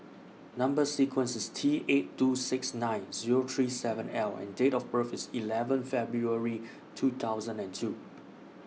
Number sequence IS T eight two six nine Zero three seven L and Date of birth IS eleven February two thousand and two